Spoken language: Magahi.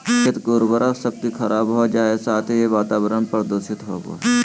खेत के उर्वरा शक्ति खराब हो जा हइ, साथ ही वातावरण प्रदूषित होबो हइ